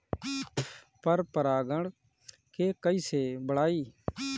पर परा गण के कईसे बढ़ाई?